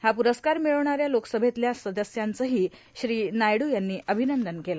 हा पुरस्कार मिळवणाऱ्या लोकसभेतल्या सदस्यांचंही श्री नायडू यांनी अभिनंदन केलं